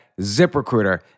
ZipRecruiter